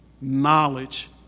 Knowledge